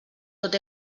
tot